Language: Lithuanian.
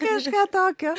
kažką tokio